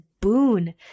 boon